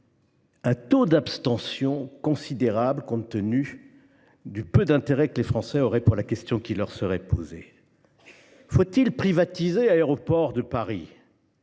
un taux d’abstention considérable, compte tenu du peu d’intérêt que les Français auraient eu pour la question posée. Faut il privatiser Aéroports de Paris,